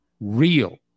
real